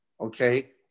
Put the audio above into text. Okay